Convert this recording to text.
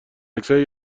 عکسای